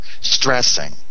stressing